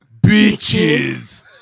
Bitches